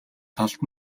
талд